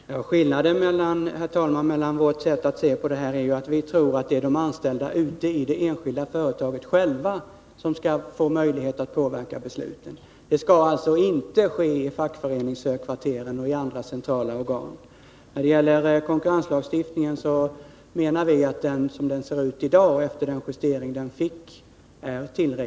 Herr talman! Skillnaden mellan vårt och vpk:s sätt att se på detta är att vi anser att det är de anställda ute i de enskilda företagen som själva skall få möjlighet att påverka besluten. Påverkan skall inte ske i fackföreningshögkvarteren eller i andra centrala organ. Konkurrenslagstiftningen är tillräcklig sådan den ser ut i dag efter den justering som har gjorts.